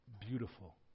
beautiful